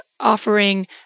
offering